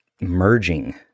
merging